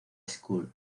school